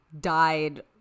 died